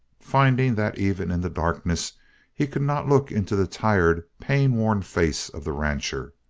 finding that even in the darkness he could not look into the tired, pain-worn face of the rancher,